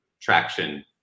traction